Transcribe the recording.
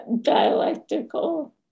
dialectical